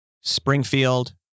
Springfield